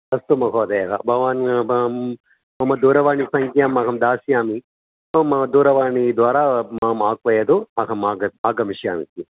अस्तु महोदय भवान् मम दूरवाणीसङ्ख्याम् अहं दास्यामि मम दूरवाणीद्वारा मामाह्वयतु अहमाग अहम् आगमिष्यामि जि